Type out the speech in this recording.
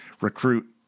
recruit